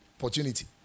Opportunity